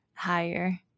higher